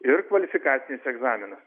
ir kvalifikacinis egzaminas